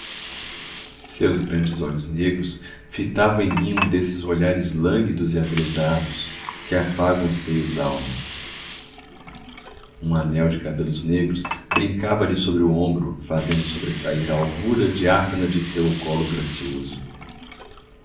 seus grandes olhos negros fitavam em mim um desses olhares lânguidos e aveludados que afagam os seios d'alma um anel de cabelos negros brincava lhe sobre o ombro fazendo sobressair a alvura diáfana de seu colo gracioso